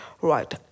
Right